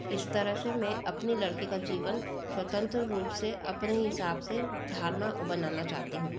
इस तरह से मैं अपनी लड़की का जीवन स्वतंत्र रूप से अपने हिसाब से ढालना और बनाना चाहती हूँ